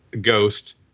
Ghost